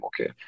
okay